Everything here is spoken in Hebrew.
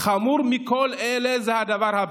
חמור מכל אלה הוא הדבר הזה: